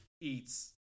eats